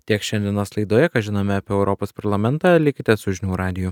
tiek šiandienos laidoje ką žinome apie europos parlamentą likite su žinių radiju